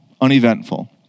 uneventful